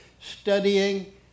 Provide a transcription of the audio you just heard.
studying